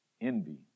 envy